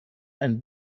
einen